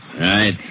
Right